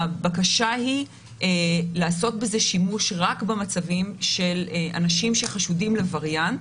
הבקשה היא לעשות בזה שימוש רק במצבים של אנשים שחשודים לווריאנט,